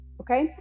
okay